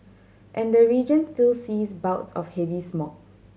and the region still sees bouts of heavy smog